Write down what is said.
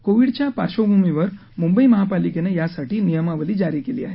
कोविडच्या पार्श्वभूमीवर मुंबई महापालिकेनं यासाठीची नियमावली जारी केली आहे